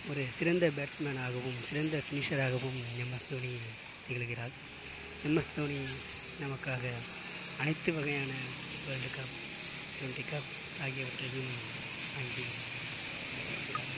ஒரு சிறந்த பேட்ஸ்மேனாகவும் ஒரு சிறந்த பினிசராகவும் எம்எஸ்தோனி திகழ்கிறார் எம்எஸ்தோனி நம்மக்காக அனைத்து வகையான வேர்ல்ட் கப் டிடுவன்டி கப் ஆகியவற்றையும் வாங்கி கொடுத்திருக்கிறார்